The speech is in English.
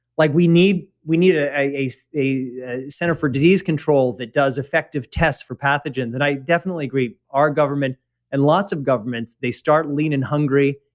like we need we need a so a center for disease control that does effective tests for pathogens. and i definitely agree. our government and lots of governments, they start leaning hungry,